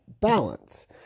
balance